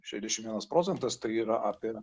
šedešim vienas procentas tai yra apie